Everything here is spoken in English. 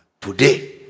Today